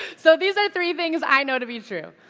so these are three things i know to be true.